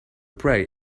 pray